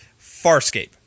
Farscape